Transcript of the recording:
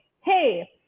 hey